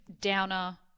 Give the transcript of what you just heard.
downer